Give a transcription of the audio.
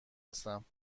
هستم